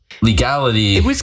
legality